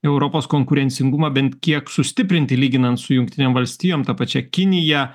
europos konkurencingumą bent kiek sustiprinti lyginant su jungtinėm valstijom ta pačia kinija